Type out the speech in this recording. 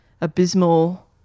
abysmal